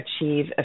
achieve